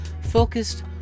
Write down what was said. focused